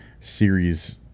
series